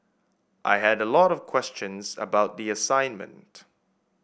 I had a lot of questions about the assignment